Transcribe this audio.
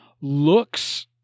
looks